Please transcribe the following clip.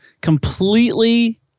completely